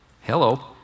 Hello